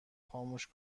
خاموش